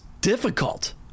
difficult